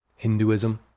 Hinduism